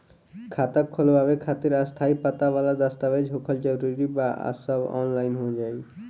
खाता खोलवावे खातिर स्थायी पता वाला दस्तावेज़ होखल जरूरी बा आ सब ऑनलाइन हो जाई?